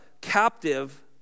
captive